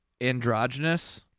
androgynous